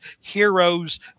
heroes